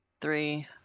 three